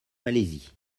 malaisie